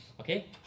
Okay